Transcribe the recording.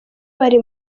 bari